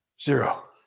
Zero